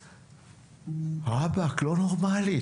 רָבָּק, זה לא נורמלי.